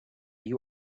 you